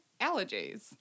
allergies